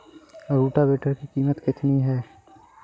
Rotavator की कीमत कितनी है?